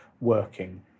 working